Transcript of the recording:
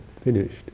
finished